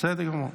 --- בסדר גמור.